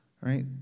right